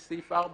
יש סעיף 4